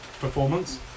performance